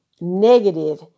negative